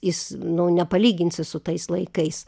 jis nu nepalyginsi su tais laikais